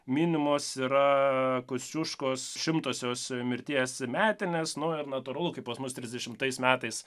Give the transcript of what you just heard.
minimos yra kosciuškos šimtosios mirties metinės nu ir natūralu kaip pas mus trisdešimtais metais